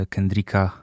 Kendricka